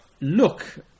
look